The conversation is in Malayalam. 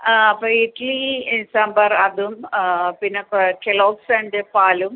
ആ അപ്പം ഇഡലി സാമ്പാർ അതും പിന്ന കെല്ലോഗ്സ് ആൻഡ് പാലും